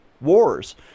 wars